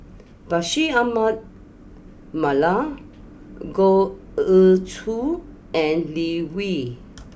Bashir Ahmad Mallal Goh Ee Choo and Lee Wen